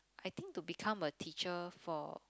I think to become a teacher for